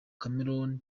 cameroun